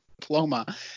diploma